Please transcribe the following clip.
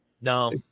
No